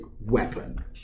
weapon